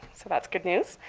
so that's good news.